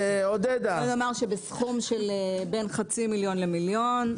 בסכום של בין חצי מיליון למיליון,